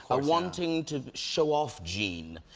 ah wanting to show off gene,